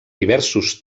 diversos